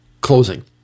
closing